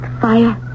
Fire